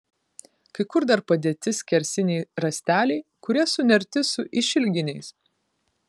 kai kur dar padėti skersiniai rąsteliai kurie sunerti su išilginiais